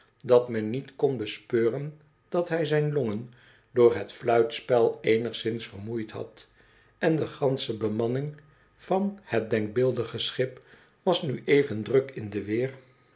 dat men niet kon bespeuren dat hij zijn longen door het fluitspel eenigszins vermoeid had en de gansche bemanning van het denkbeeldige schip was nu even druk in de weer